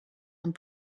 amb